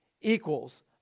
equals